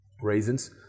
raisins